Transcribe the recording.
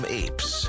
apes